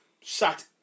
sat